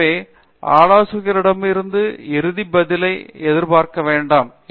எனவே ஆலோசகரிடம் இறுதி பதிலை எதிர்பார்க்க வேண்டாம்